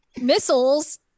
missiles